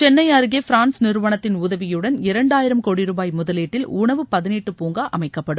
சென்னை அருகே பிரான்ஸ் நிறுவனத்தின் உதவியுடன் இரண்டாயிரம் கோடி ரூபாய் முதலீட்டில் உணவு பதனீட்டுப் பூங்கா அமைக்கப்படும்